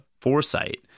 foresight